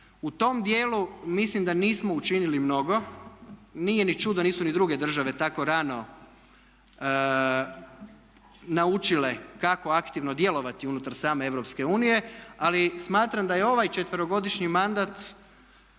U tom dijelu mislim da nismo učinili mnogo, nije ni čudo, nisu ni druge države tako rano naučile kako aktivno djelovati unutar same Europske unije. Ali smatram da je ovaj četverogodišnji mandat